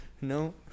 no